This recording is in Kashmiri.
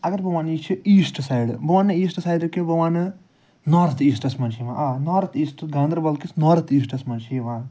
اَگر بہٕ وَنہٕ یہِ چھُ ایٖسٹہٕ سایڈٕ بہٕ وَننہٕ ایٖسٹہٕ سایڈٕ کیٚنٛہہ بہٕ وَنہٕ نارٕتھ ایٖسٹَس منٛز چھِ یِوان آ نارٕتھ ایٖسٹہٕ گاندربَلکِس نارٕتھ ایٖسٹَس منٛز چھِ یِوان